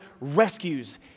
rescues